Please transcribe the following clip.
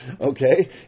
Okay